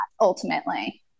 ultimately